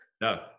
no